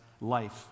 life